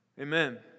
Amen